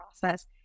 process